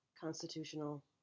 constitutional